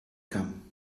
come